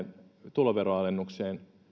tuloveroalennukseen